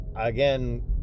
Again